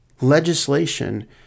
legislation